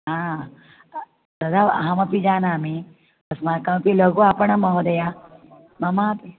हा तद् अहमपि जानामि अस्माकमपि लघु आपणं महोदय ममापि